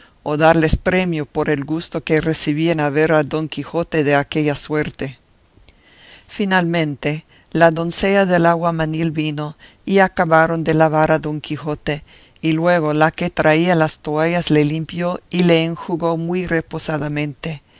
o darles premio por el gusto que recibían de ver a don quijote de aquella suerte finalmente la doncella del aguamanil vino y acabaron de lavar a don quijote y luego la que traía las toallas le limpió y le enjugó muy reposadamente